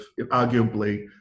arguably